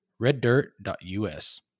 reddirt.us